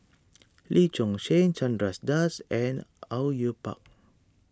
Lee Choon Seng Chandra Das and Au Yue Pak